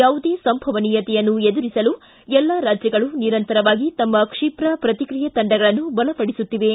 ಯಾವುದೇ ಸಂಭವನೀಯತೆಯನ್ನು ಎದುರಿಸಲು ಎಲ್ಲಾ ರಾಜ್ಯಗಳು ನಿರಂತರವಾಗಿ ತಮ್ಮ ಕ್ಷಿಪ್ರ ಪ್ರತಿಕ್ರಿಯೆ ತಂಡಗಳನ್ನು ಬಲಪಡಿಸುತ್ತಿವೆ